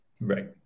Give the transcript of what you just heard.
right